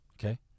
okay